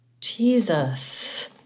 Jesus